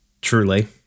Truly